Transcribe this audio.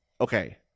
okay